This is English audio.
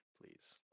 please